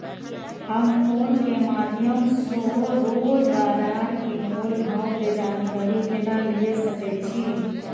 हम फोन के माध्यम सो रोज बाजार के मोल भाव के जानकारी केना लिए सके छी?